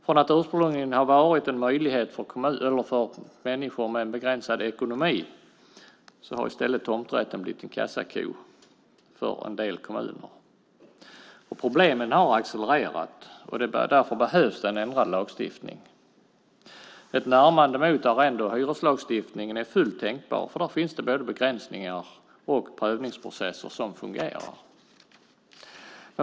Från att ursprungligen ha varit en möjlighet för människor med begränsad ekonomi, har tomträtten blivit en kassako för en del kommuner. Problemen har accelererat och därför behövs det en ändrad lagstiftning. Ett närmande mot arrende och hyreslagstiftningen är fullt tänkbart, för där finns det både begränsningar och prövningsprocesser som fungerar.